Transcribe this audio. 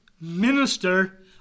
minister